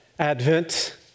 Advent